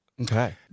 Okay